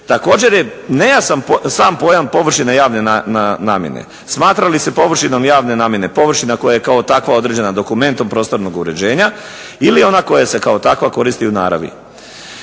Također je nejasan sam pojam površine javne namjene. Smatra li se površinom javne namjene površina koja je kao takva određena dokumentom prostornog uređenja ili ona koja se kao takva koristi u naravi.